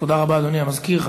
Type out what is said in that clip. תודה רבה, אדוני המזכיר.